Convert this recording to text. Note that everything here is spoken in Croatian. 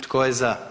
Tko je za?